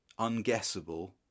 unguessable